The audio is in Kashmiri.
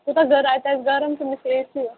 کوٗتاہ گرم اَتہِ آسہِ گَرم تٔمِس اے سی